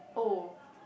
oh